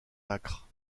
acre